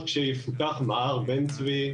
כשיפותח המרכז העירוני הראשי בן צבי.